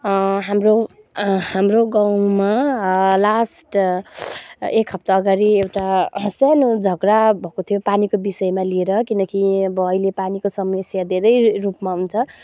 हाम्रो हाम्रो गाउँमा लास्ट एक हप्ता अगाडि एउटा सानो झगडा भएको थियो पानीको विषयमा लिएर किनकि अब अहिले पानीको समस्या धेरै रूपमा हुन्छ